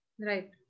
Right